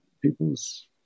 people's